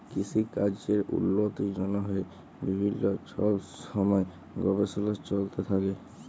কিসিকাজের উল্লতির জ্যনহে বিভিল্ল্য ছব ছময় গবেষলা চলতে থ্যাকে